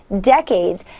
decades